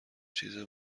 چیز